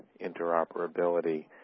interoperability